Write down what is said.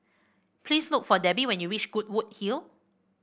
please look for Debbi when you reach Goodwood Hill